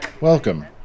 Welcome